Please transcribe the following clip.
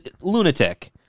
lunatic